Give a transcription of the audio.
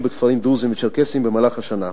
בכפרים דרוזיים וצ'רקסיים במהלך השנה.